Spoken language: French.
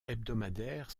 hebdomadaires